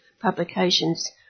publications